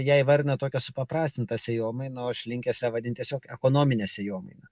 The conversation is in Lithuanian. jie įvardina tokią supaprastintą sėjomainą o aš linkęs ją vadint tiesiog ekonomine sėjomaina